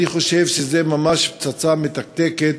אני חושב שזה ממש פצצה מתקתקת,